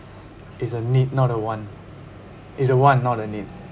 it's a need not a want it's a want not a need